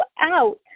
out